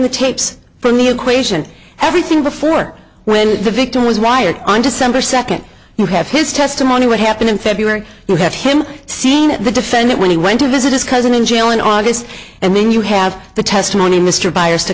the tapes from the equation everything before when the victim was riot on december second you have his testimony what happened in february you have him seen the defendant when he went to visit his cousin in jail in august and then you have the testimony